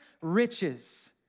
riches